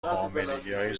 حاملگیهای